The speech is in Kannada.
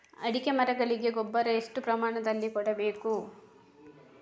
ಅಡಿಕೆ ಮರಗಳಿಗೆ ಗೊಬ್ಬರ ಎಷ್ಟು ಪ್ರಮಾಣದಲ್ಲಿ ಕೊಡಬೇಕು?